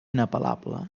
inapel·lable